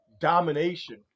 domination